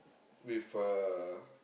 with a